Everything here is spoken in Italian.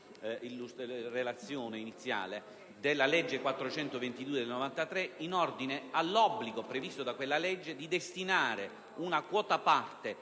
Grazie,